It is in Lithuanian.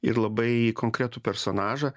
ir labai į konkretų personažą